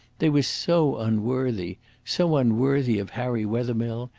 they were so unworthy so unworthy of harry wethermill,